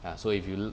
ya so if you l~